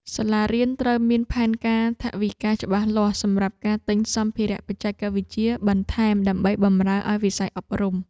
សាលារៀនត្រូវមានផែនការថវិកាច្បាស់លាស់សម្រាប់ការទិញសម្ភារៈបច្ចេកវិទ្យាបន្ថែមដើម្បីបម្រើឱ្យវិស័យអប់រំ។